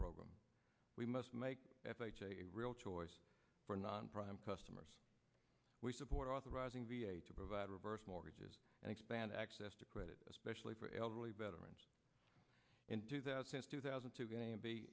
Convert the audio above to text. program we must make a real choice for non prime customers we support authorizing v a to provide reverse mortgages and expand access to credit especially for elderly veterans into that since two thousand and two game b